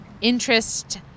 interest